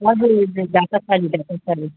हजुर हजुर ढाका साडी ढाका साडी